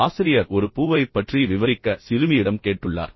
ஆசிரியர் ஒரு பூவைப் பற்றி விவரிக்க சிறுமியிடம் கேட்டுள்ளார்